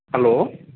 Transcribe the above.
hello